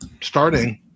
starting